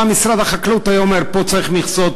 פעם משרד החקלאות היה אומר: פה צריך מכסות,